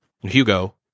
Hugo